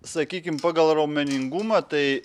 sakykim pagal raumeningumą tai